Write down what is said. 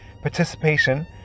participation